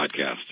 podcast